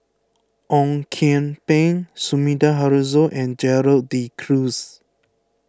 Ong Kian Peng Sumida Haruzo and Gerald De Cruz